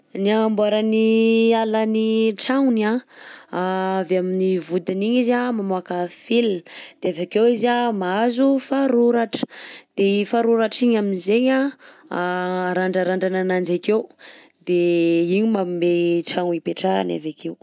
Ny anamboaragny ny hala ny tragnogny anh avy amin'ny vodiny igny izy anh mamoaka fil de avy akeôizy anh mahazo faroratra diz igny faroratra igny amin'izay anh arandrarandragna azy akeô de igny magnome tragno hipetrahagny avakeô